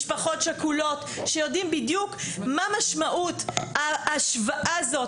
משפחות שכולות שיודעים בדיוק מה משמעות ההשוואה הזאת.